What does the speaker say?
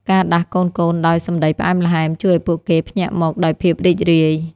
ការដាស់កូនៗដោយសម្តីផ្អែមល្ហែម ជួយឱ្យពួកគេភ្ញាក់មកដោយភាពរីករាយ។